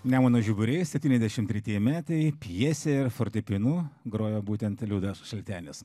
nemuno žiburiai septyniasdešim tretieji metai pjesė ir fortepijonu grojo būtent liudas šaltenis